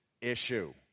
issue